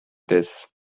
this